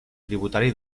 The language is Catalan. tributari